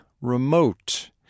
remote